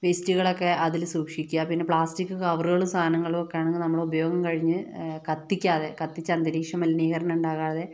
വേസ്റ്റ്കളൊക്കെ അതില് സൂക്ഷിക്കുക പിന്നെ പ്ലാസ്റ്റിക് കവറുകളും സാധനകളുമൊക്കെ ആണെങ്കില് നമ്മുടെ ഉപയോഗം കഴിഞ്ഞ് കത്തിക്കാതെ കത്തിച്ച് അന്തരീക്ഷ മലിനീകരണമുണ്ടാകാതെ